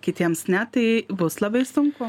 kitiems ne tai bus labai sunku